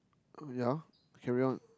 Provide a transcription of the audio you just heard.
uh ya carry on